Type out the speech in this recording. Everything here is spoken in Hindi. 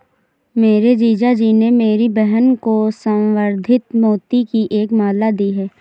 मेरे जीजा जी ने मेरी बहन को संवर्धित मोती की एक माला दी है